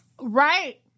Right